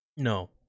No